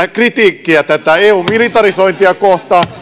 kritiikkiä eun militarisointia kohtaan